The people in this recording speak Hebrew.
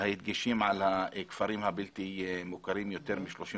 ההדגשים על הכפרים הבלתי מוכרים יותר מ-35